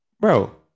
Bro